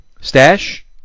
Stash